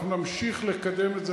אנחנו נמשיך לקדם את זה,